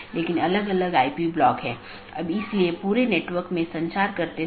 जैसा कि हमने पाथ वेक्टर प्रोटोकॉल में चर्चा की है कि चार पथ विशेषता श्रेणियां हैं